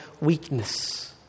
weakness